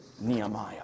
Nehemiah